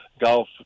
golf